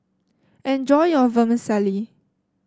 enjoy your Vermicelli